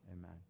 amen